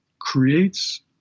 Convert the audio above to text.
creates